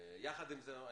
יחד עם זה,